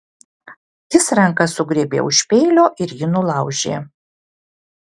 jis ranka sugriebė už peilio ir jį nulaužė